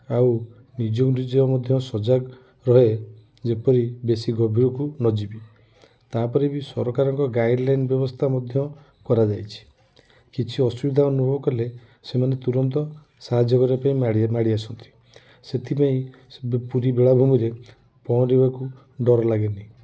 ଆଉ ନିଜକୁ ନିଜ ମଧ୍ୟ ସଜାଗ ରେ ଯେପରି ବେଶୀ ଗଭୀର କୁ ନ ଯିବି ତାପରେ ବି ସରକାରଙ୍କ ଗାଇଡ଼ଲାଇନ୍ ବ୍ୟବସ୍ଥା ମଧ୍ୟ କରାଯାଇଛି କିଛି ଅସୁବିଧା ଅନୁଭବ କଲେ ସେମାନେ ତୁରନ୍ତ ସାହାଯ୍ୟ କରିବାକୁ ମାଡ଼ି ମାଡ଼ି ଆସନ୍ତି ସେଥିପାଇଁ ସେ ବ ପୁରୀ ବେଳାଭୂମିରେ ପହଁରିବାକୁ ଡର ଲାଗେନି